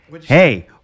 Hey